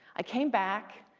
i came back.